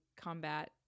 combat